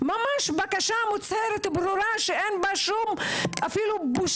ממש בקשה מוצהרת וברורה שאין בה שום בושה,